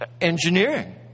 engineering